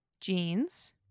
jeans